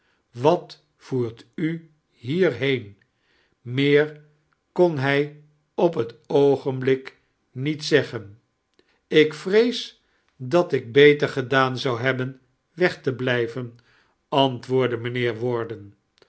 wat voart u hierheian meer kxm hij op het oogenblik niet zeggen ik vrees dat ik bete gedaan zou hebben weg te blijven antwoordde miijnbjeer warden